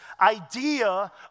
idea